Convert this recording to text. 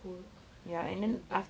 cold and damp